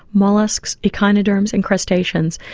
molluscs, echinoderms, and crustaceans,